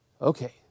Okay